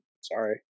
Sorry